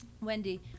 Wendy